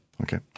Okay